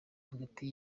hagati